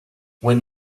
when